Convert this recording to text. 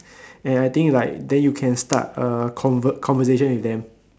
and I think like then you can start a con~ conversation with them